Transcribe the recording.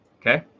okay